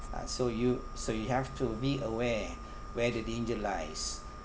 uh so you so you have to be aware where the danger lies